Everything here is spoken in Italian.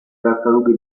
tartarughe